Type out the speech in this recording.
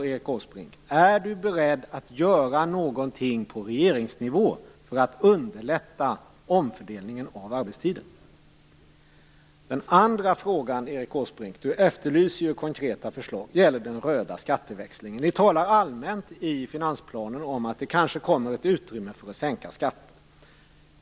Den andra frågan gäller den röda skatteväxlingen. Erik Åsbrink efterlyser konkreta förslag. Ni talar allmänt i finansplanen om att det kanske kommer ett utrymme för att sänka skatterna.